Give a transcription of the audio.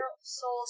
Soul